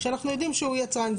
כשאנחנו יודעים שהוא יצרן,